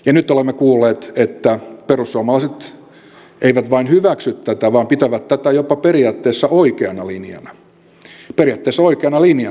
ja nyt olemme kuulleet että perussuomalaiset eivät vain hyväksy tätä vaan pitävät tätä jopa periaatteessa oikeana linjana